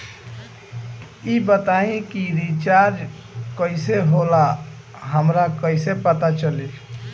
ई बताई कि रिचार्ज कइसे होला हमरा कइसे पता चली?